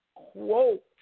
Quote